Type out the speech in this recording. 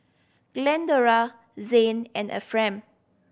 Glendora Zayne and Efrem